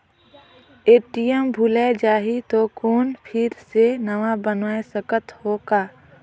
ATM भुलाये जाही तो कौन फिर से नवा बनवाय सकत हो का?